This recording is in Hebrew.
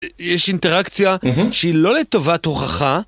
יי...ייש אינטראקציה, שהיא לא לטובת הוכחה !